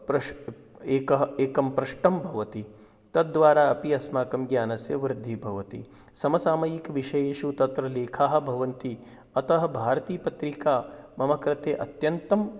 प्रश् एकः एकं पृष्ठं भवति तद् द्वारा अपि अस्माकं ज्ञानस्य वृद्धिः भवति समसामयिकविषयेषु तत्र लेखाः भवन्ति अतः भारतीपत्रिका मम कृते अत्यन्तम्